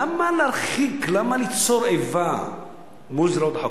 למה להרחיק, למה ליצור איבה מול זרועות החוק?